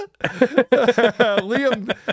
Liam